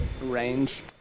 Range